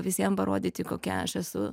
visiem parodyti kokia aš esu